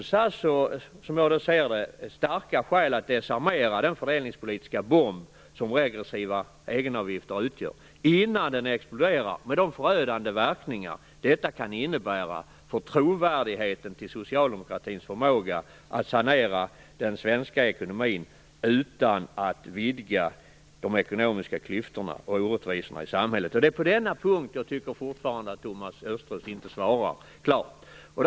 Som jag ser det finns det starka skäl att desarmera den fördelningspolitiska bomb som regressiva egenavgifter utgör innan den exploderar med de förödande verkningar detta kan innebära för trovärdigheten till socialdemokratins förmåga att sanera den svenska ekonomin utan att vidga de ekonomiska klyftorna och orättvisorna i samhället. Jag tycker fortfarande att Thomas Östros inte svarar klart på den punkten.